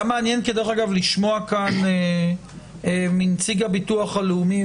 היה מעניין דרך אגב לשמוע כאן מנציג הביטוח הלאומי,